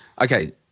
okay